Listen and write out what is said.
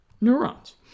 neurons